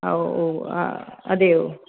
ആ ഓ ആ അതെയോ